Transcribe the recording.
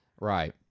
Right